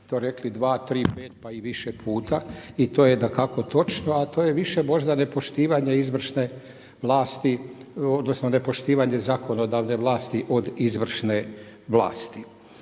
to rekli 2, 3, 5 pa i više puta i to je dakako točno a to je više možda nepoštivanje izvršne vlasti, odnosno nepoštivanje zakonodavne vlasti od izvršne vlasti.